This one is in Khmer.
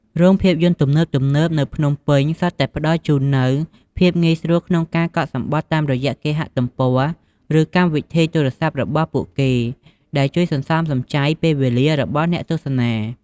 រោងភាពយន្តទំនើបៗនៅភ្នំពេញសុទ្ធតែផ្តល់ជូននូវភាពងាយស្រួលក្នុងការកក់សំបុត្រតាមរយៈគេហទំព័រ ឬកម្មវិធីទូរស័ព្ទរបស់ពួកគេ ដែលជួយសន្សំសំចៃពេលវេលារបស់អ្នកទស្សនា។